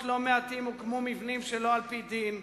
לא מעטים הוקמו מבנים שלא על-פי דין,